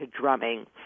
drumming